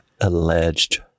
Alleged